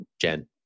jen